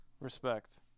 respect